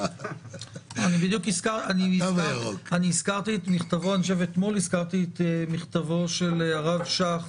בדיוק אתמול הזכרתי את מכתבו של הרב שך,